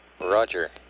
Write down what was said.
Roger